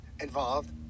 involved